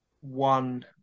one